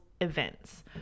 events